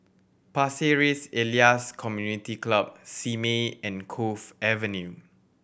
Pasir Ris Elias Community Club Simei and Cove Avenue